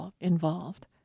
involved